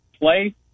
play